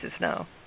now